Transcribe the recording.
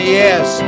yes